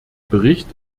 bericht